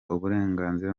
uburenganzira